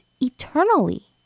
eternally